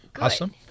Awesome